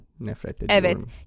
Evet